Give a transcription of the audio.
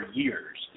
years